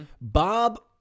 Bob